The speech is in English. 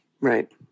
Right